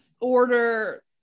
order